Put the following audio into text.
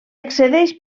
accedeix